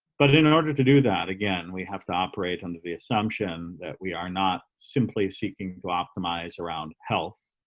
but in order to do that again we have to operate under the assumption that we are not simply seeking to optimize around health,